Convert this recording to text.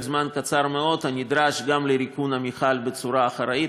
זמן קצר מאוד הנדרש גם לריקון המכל בצורה אחראית,